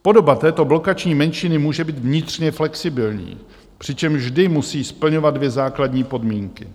Podoba této blokační menšiny může být vnitřně flexibilní, přičemž vždy musí splňovat dvě základní podmínky.